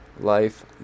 Life